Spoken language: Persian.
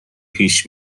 پیش